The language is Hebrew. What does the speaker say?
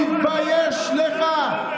תתבייש לך.